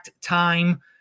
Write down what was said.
time